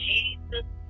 Jesus